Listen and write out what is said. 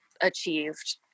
achieved